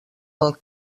pel